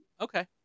Okay